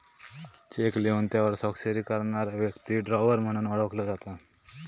check लिहून त्यावर स्वाक्षरी करणारा व्यक्ती ड्रॉवर म्हणून ओळखलो जाता